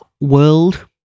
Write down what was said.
world